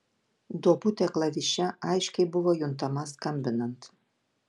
duobutė klaviše aiškiai buvo juntama skambinant